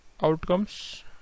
outcomes